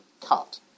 cut